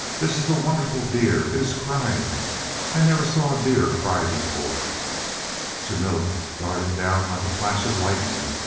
this is a wonderful deer, it is crying i never saw a deer cry before jamila darted down like a flash of lightning,